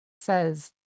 says